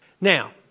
Now